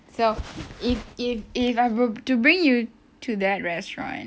so if if if I were to bring you to that restaurant